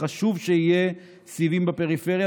חשוב שיהיו סיבים בפריפריה,